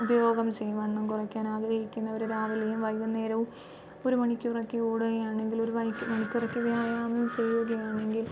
ഉപയോഗം ചെയ്യും വണ്ണം കുറക്കാൻ ആഗ്രഹിക്കുന്നവർ രാവിലെയും വൈകുന്നേരവും ഒരു മണിക്കൂറൊക്കെ ഓടുകയാണെങ്കിൽ ഒരു മണിക്കൂറൊക്കെ വ്യായാമം ചെയ്യുകയാണെങ്കിൽ